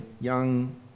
young